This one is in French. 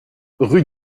rue